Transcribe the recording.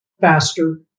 faster